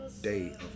day